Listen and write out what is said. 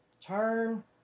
turn